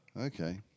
Okay